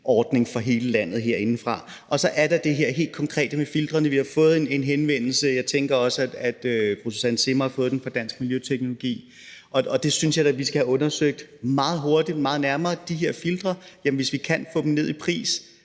ordning for hele landet herindefra. Og så er der det her helt konkrete med filtrene. Vi har fået en henvendelse, og jeg tænker også, at fru Susanne Zimmer har fået den, fra Dansk Miljøteknologi, og der synes jeg da, vi meget hurtigt skal have undersøgt nærmere i forhold til de her filtre, om vi kan få dem ned i pris,